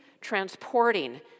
transporting